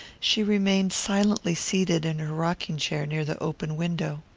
she remained silently seated in her rocking-chair near the open window.